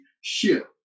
shift